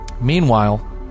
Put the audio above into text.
Meanwhile